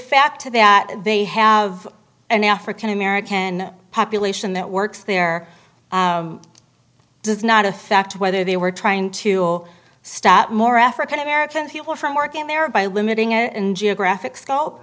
fact that they have an african american population that works there does not affect whether they were trying to stop more african american people from work and thereby limiting and geographic s